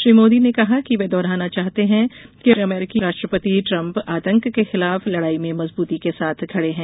श्री मोदी ने कहा कि वे दोहराना चाहते हैं कि अमरीकी राष्ट्रपति ट्रम्प आतंक के खिलाफ लड़ाई में मजबूती के साथ खड़े हैं